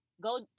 Go